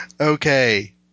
Okay